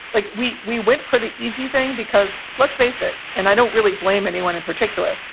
like, we we went for the easy thing, because let's face it. and i don't really blame anyone in particular.